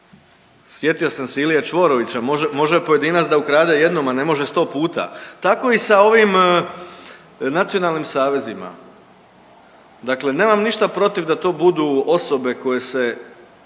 Sjetio sam se Ilija Čvorovića, može pojedinac da ukrade jednom, a ne može 100 puta. Tako i sa ovim nacionalnim savezima. Dakle, nemam ništa protiv da to budu osobe koje se